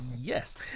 Yes